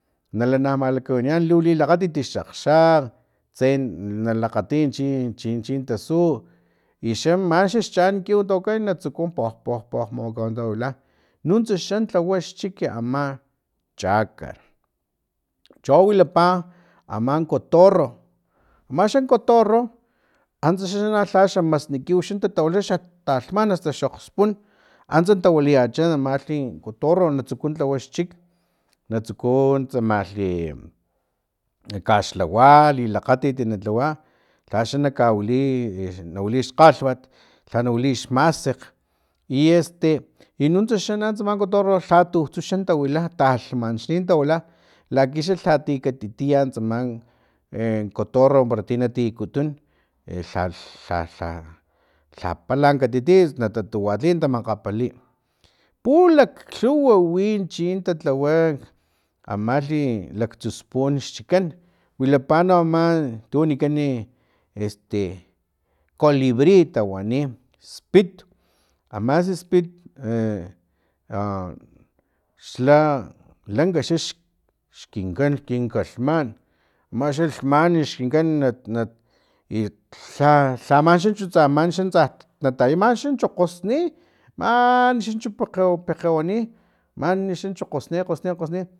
Na lana malakawaniyan lu lilakgatit xakgxakg tse na lakgatiy chi chi chintasu i xa manxa xchankiw tawaka i natsuku poh poh poh makawantawila nuntsa xan tlawa xchik ama chakan cho wilapa aman cotorro amaxan cotorro antsa lha xa masni kiw xa tatawila xa talhman asta xokgspun antsa tawilayacha amalhi cotorro na tsuku lhawa xchik natsuku tsamalhi nakaxlhawa lilakgatit na tlawa lhaxa na kawili na wili xkgalhwat lha na wili xmasekg i este i nuntsa na xama cotorro lha tsutsu xan tawila talhmanxnin xa tawila lakixa lhati katitia tsaman e cotorro para ti tiekutun lhalh lha lhapala katitiy sino natatuwarliy na makgapali pulakglhuw wi chin tatlawa nak amalhi laktsu spun xchikan wilapa no ama ama tu wanikan i este colibri tawani spit amaxa spit e a xla lanka xax xkinkan kinkalhman amaxa lhaman skinkan na i lh lha lhamanchu tsa nataya manchu xa kgosni manchu pekge pekgewani nani xa kgosni kgosni kgosni